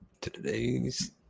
today's